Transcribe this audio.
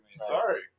Sorry